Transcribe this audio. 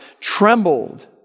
trembled